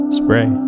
spray